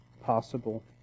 possible